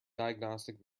diagnostic